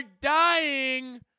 dying